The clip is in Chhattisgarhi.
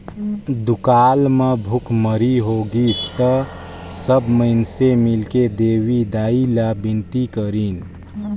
दुकाल म भुखमरी होगिस त सब माइनसे मिलके देवी दाई ला बिनती करिन